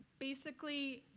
basically,